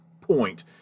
point